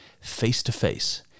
face-to-face